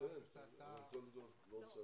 אחד החוקים